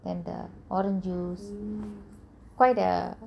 then the orange juice quite ugh